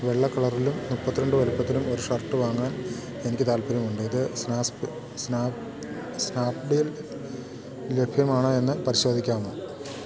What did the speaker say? വെള്ളക്കളറിലും മുപ്പത്തിരണ്ട് വലുപ്പത്തിലും ഒരു ഷർട്ട് വാങ്ങാൻ എനിക്ക് താൽപ്പര്യമുണ്ട് ഇത് സ്നാപ്ഡീലിൽ ലഭ്യമാണോയെന്ന് പരിശോധിക്കാമോ